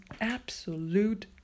absolute